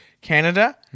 Canada